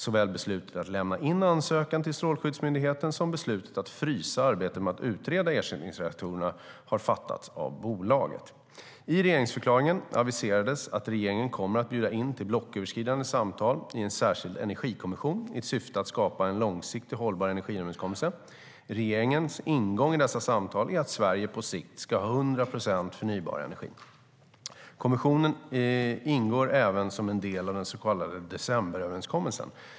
Såväl beslutet att lämna in ansökan till Strålsäkerhetsmyndigheten som beslutet att frysa arbetet med att utreda ersättningsreaktorer har fattats av bolaget.I regeringsförklaringen aviserades att regeringen kommer att bjuda in till blocköverskridande samtal i en särskild energikommission i syfte att skapa en långsiktigt hållbar energiöverenskommelse. Regeringens ingång i dessa samtal är att Sverige på sikt ska ha 100 procent förnybar energi. Kommissionen ingår även som en del av den så kallade decemberöverenskommelsen.